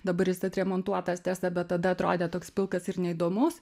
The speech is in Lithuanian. dabar jis atremontuotas tiesa bet tada atrodė toks pilkas ir neįdomus